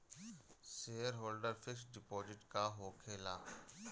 Shareholder fix deposit का होखे ला?